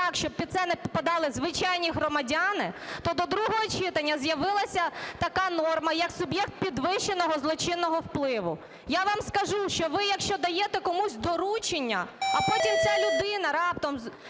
щоб під це не попадали звичайні громадяни, то до другого читання з'явилася така норма ,як суб'єкт підвищеного злочинного впливу. Я вам скажу, що якщо даєте комусь доручення, а потім ця людина раптом